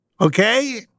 okay